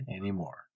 anymore